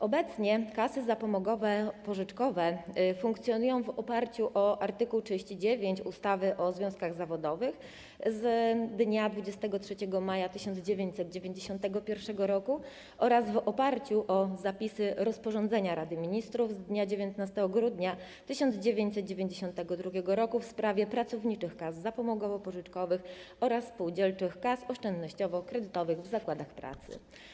Obecnie kasy zapomogowo-pożyczkowe funkcjonują w oparciu o art. 39 ustawy o związkach zawodowych z dnia 23 maja 1991 r. oraz w oparciu o zapisy rozporządzenia Rady Ministrów z dnia 19 grudnia 1992 r. w sprawie pracowniczych kas zapomogowo-pożyczkowych oraz spółdzielczych kas oszczędnościowo-kredytowych w zakładach pracy.